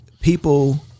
people